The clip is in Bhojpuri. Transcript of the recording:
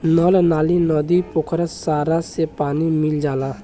नल नाली, नदी, पोखरा सारा से पानी मिल जाला